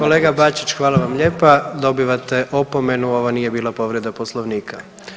Kolega bačić, hvala vam lijepa, dobivate opomenu, ovo nije bila povreda Poslovnika.